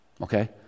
Okay